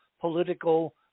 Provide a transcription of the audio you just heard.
political